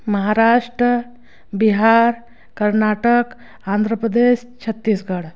Maharashtra Bihar Karnataka Andhra Pradesh Chhattisgarh